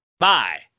bye